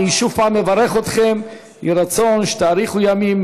אני שוב מברך אתכם: יהי רצון שתאריכו ימים,